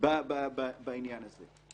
בעניין הזה.